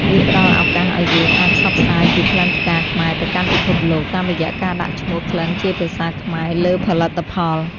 វាផ្ដល់ឱកាសឱ្យយើងអាចផ្សព្វផ្សាយពីក្លិនផ្កាខ្មែរទៅកាន់ពិភពលោក តាមរយៈការដាក់ឈ្មោះក្លិនជាភាសាខ្មែរលើផលិតផល។